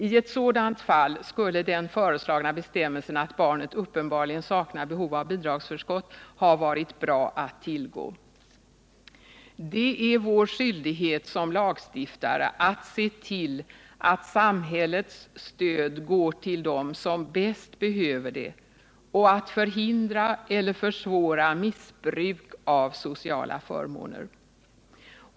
I ett sådant fall skulle den föreslagna bestämmelsen att barnet uppenbarligen saknar behov av bidragsförskott ha varit bra att tillgå. Det är vår skyldighet som lagstiftare att se till att samhällets stöd går till dem som bäst behöver det och att förhindra eller försvåra missbruk av sociala förmåner.